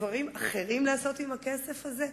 דברים אחרים לעשות עם הכסף הזה?